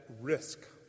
risk